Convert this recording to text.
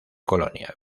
colonia